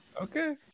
Okay